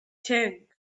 tank